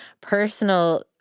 personal